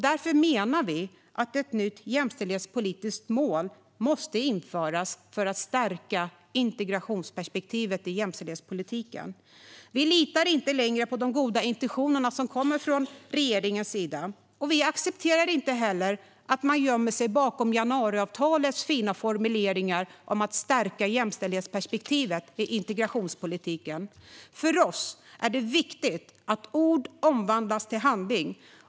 Därför menar vi att ett nytt jämställdhetspolitiskt mål måste införas för att stärka integrationsperspektivet i jämställdhetspolitiken. Vi litar inte längre på de goda intentioner som kommer från regeringens sida. Vi accepterar inte heller att man gömmer sig bakom januariavtalets fina formuleringar om att stärka jämställdhetsperspektivet i integrationspolitiken. För oss är det viktigt att ord omvandlas till handling.